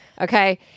Okay